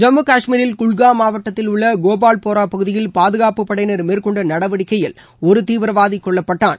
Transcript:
ஜம்மு காஷ்மீரில் குல்காம் மாவட்டத்தில் உள்ள கோபால் போரா பகுதியில் பாதுகாப்புப் படையினர் மேற்கொண்ட நடவடிக்கையில் ஒரு தீவிரவாதி கொல்லப்பட்டான்